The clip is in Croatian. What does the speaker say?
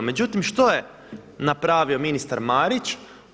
Međutim što je napravio ministar Marić?